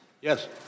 Yes